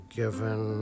given